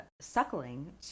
suckling